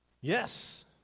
yes